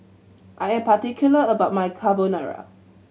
I am particular about my Carbonara